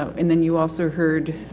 and then you also heard,